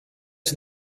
sie